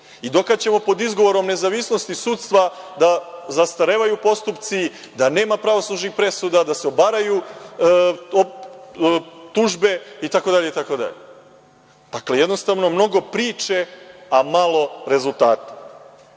I, dokle će pod izgovorom nezavisnosti sudstva da zastarevaju postupci, da nema pravosnažnih presuda, da se obaraju tužbe itd? Dakle, jednostavno mnogo priče, a malo rezultata.